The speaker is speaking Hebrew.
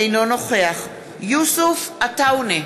אינו נוכח יוסף עטאונה,